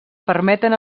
permeten